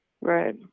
Right